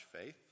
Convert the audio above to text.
faith